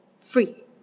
free